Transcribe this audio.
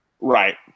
Right